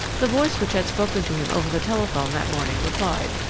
the voice which had spoken to him over the telephone that morning replied.